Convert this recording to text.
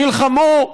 נלחמו,